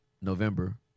November